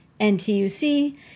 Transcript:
NTUC